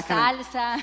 salsa